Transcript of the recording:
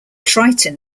triton